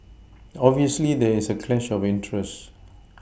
obviously there is a clash of interest